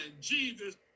Jesus